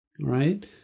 right